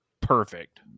perfect